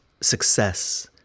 success